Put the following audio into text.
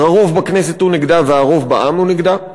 הרוב בכנסת הוא נגדה והרוב בעם הוא נגדה.